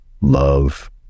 love